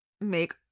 make